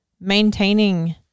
maintaining